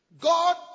God